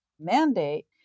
mandate